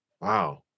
wow